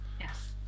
yes